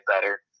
better